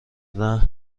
رهن